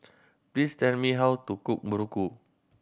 please tell me how to cook muruku